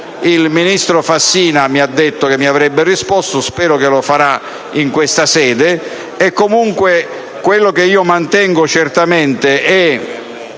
ministro Fassina mi ha detto che mi avrebbe risposto e spero che lo fara in questa sede. Comunque, io mantengo certamente